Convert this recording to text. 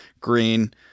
Green